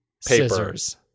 scissors